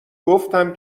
گفتم